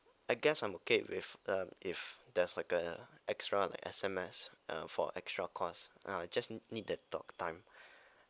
I guess I'm okay with them if there's like a extra like S_M_S uh for extra cost uh I just need the talk time